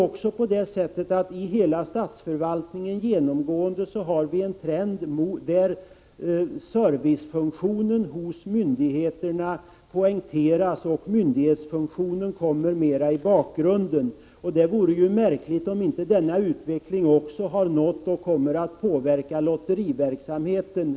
Inom hela statsförvaltningen finns en trend att servicefunktionen poängteras och myndighetsfunktionen kommer mera i bakgrunden. Det vore ju märkligt om inte denna utveckling också har nått och kommer att påverka lotterinämnden.